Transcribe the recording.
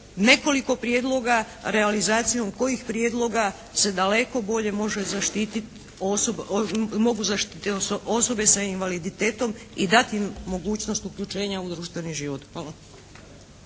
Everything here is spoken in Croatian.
nekoliko prijedloga realizacijom kojih prijedloga se daleko bolje mogu zaštiti osobe s invaliditetom i dati im mogućnost uključenja u društveni život. Hvala.